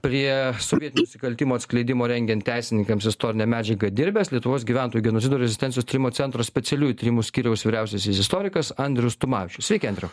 prie sovietinių nusikaltimų atskleidimo rengiant teisininkams istorinę medžiagą dirbęs lietuvos gyventojų genocido ir rezistencijos tyrimo centro specialiųjų tyrimų skyriaus vyriausiasis istorikas andrius tumavičius sveiki andriau